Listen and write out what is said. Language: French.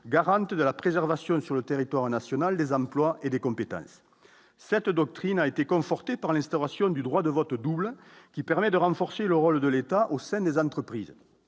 garante de la préservation sur le territoire national des armes ploie et des compétences, cette doctrine a été conforté par l'instauration du droit de vote double qui permet de renforcer le rôle de l'État au sein des entreprises